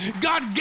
God